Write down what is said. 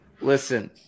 listen